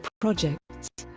projects